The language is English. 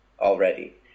already